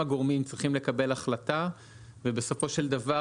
גורמים צריכים לקבל החלטה ובסופו של דבר,